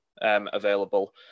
available